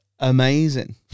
Amazing